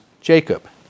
Jacob